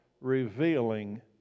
revealing